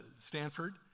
Stanford